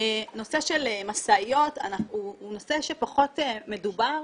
נושא של משאיות הוא נושא שפחות מדובר,